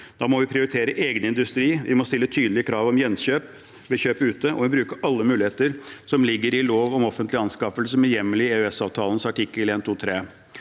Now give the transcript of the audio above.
Da må vi prioritere egen industri, vi må stille tydelige krav om gjenkjøp ved kjøp ute, og vi må bruke alle muligheter som ligger i lov om offentlige anskaffelser, med hjemmel i EØS-avtalens artikkel 123.